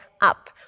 up